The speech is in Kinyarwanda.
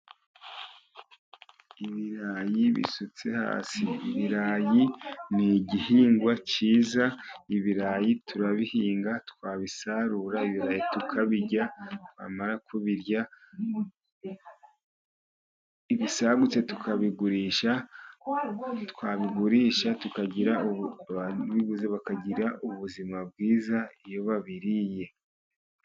Ibirayi bisutse hasi, ibirayi ni igihingwa cyiza, ibirayi turabihinga, twabisarura tukabirya, bamara kubirya ibisagutse tukabigurisha, twabigurisha tukagira bakagira ubuzima bwiza iyo babiririye.